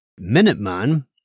Minuteman